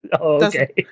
Okay